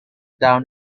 down